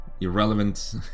irrelevant